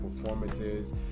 performances